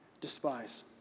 despise